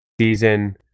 season